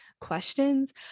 questions